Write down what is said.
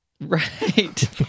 Right